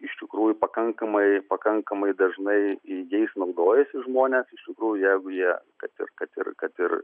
iš tikrųjų pakankamai pakankamai dažnai jais naudojasi žmonės iš tikrųjų jeigu jie kad ir kad ir kad ir